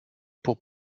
pour